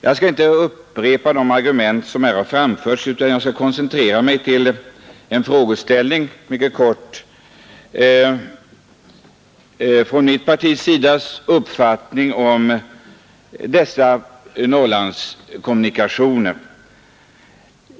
Jag skall inte upprepa de argument som här har framförts, utan jag skall mycket kortfattat koncentrera mig på en frågeställning som gäller mitt partis uppfattning om dessa Norrlandskommunikationer.